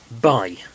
Bye